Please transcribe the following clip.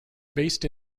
based